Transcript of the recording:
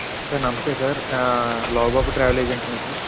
sir నమస్తే sir Lovubabu travel ఏజెంటేనా sir